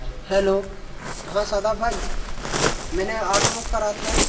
hello हाँ सादाब भाई मैंने ऑटो बुक करा था